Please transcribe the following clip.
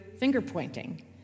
finger-pointing